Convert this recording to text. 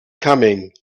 coming